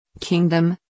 Kingdom